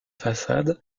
façade